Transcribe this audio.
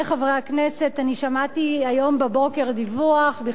אני שמעתי היום בבוקר דיווח בכלי התקשורת